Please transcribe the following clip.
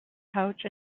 pouch